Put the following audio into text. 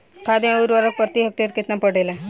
खाध व उर्वरक प्रति हेक्टेयर केतना पड़ेला?